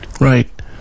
right